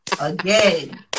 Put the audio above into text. again